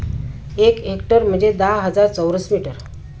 एक हेक्टर म्हणजे दहा हजार चौरस मीटर